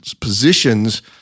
positions